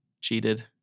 cheated